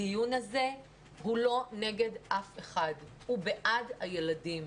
הדיון הזה הוא לא נגד אף אחד, הוא בעד הילדים.